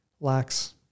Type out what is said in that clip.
lacks